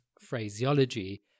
phraseology